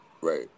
Right